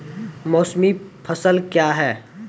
मौसमी फसल क्या हैं?